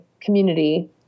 community